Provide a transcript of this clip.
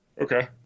Okay